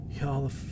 Y'all